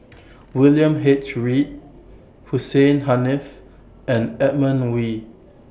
William H Read Hussein Haniff and Edmund Wee